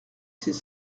ses